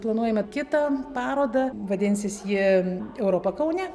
planuojame kitą parodą vadinsis ji europa kaune